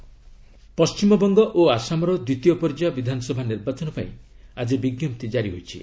ଆସେମ୍ ି polls Paschimbanga ଓ ଆସାମର ଦ୍ୱିତୀୟ ପର୍ଯ୍ୟାୟ ବିଧାନସଭା ନିର୍ବାଚନ ପାଇଁ ଆଜି ବିଜ୍ଞପ୍ତି ଜାରି ହୋଇଛି